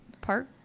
park